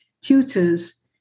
tutors